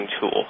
tool